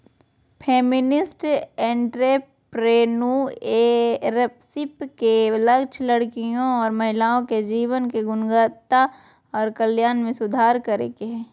feminist entrepreneurship के लक्ष्य लड़कियों और महिलाओं के जीवन की गुणवत्ता और कल्याण में सुधार करे के हय